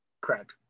Correct